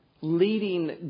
leading